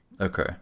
Okay